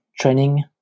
training